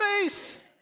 face